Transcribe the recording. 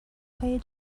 های